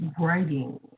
writing